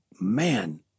man